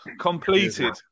completed